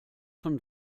von